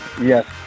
Yes